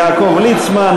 יעקב ליצמן,